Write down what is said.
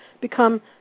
become